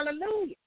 Hallelujah